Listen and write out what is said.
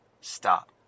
stop